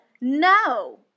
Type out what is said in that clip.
no